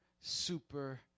super